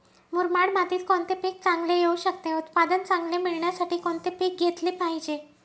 मुरमाड मातीत कोणते पीक चांगले येऊ शकते? उत्पादन चांगले मिळण्यासाठी कोणते पीक घेतले पाहिजे?